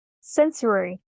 sensory